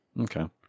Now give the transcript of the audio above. Okay